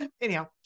Anyhow